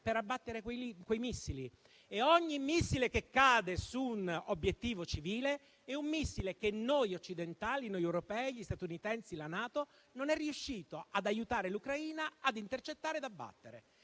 per abbattere quei missili. E ogni missile che cade su un obiettivo civile è un missile che noi occidentali, noi europei, gli statunitensi, la NATO non siamo riusciti ad aiutare l'Ucraina ad intercettare e abbattere.